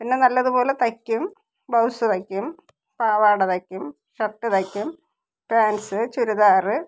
പിന്നെ നല്ലതുപോലെ തയ്ക്കും ബ്ലൌസ് തയ്ക്കും പാവാട തയ്ക്കും ഷര്ട്ട് തയ്ക്കും പാൻറ്റ്സ് ചുരിദാര്